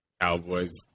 Cowboys